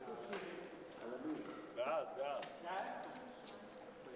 ההצעה להעביר את הנושא